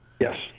Yes